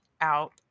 out